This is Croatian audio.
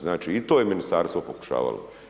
Znači, i to je Ministarstvo pokušavalo.